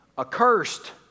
accursed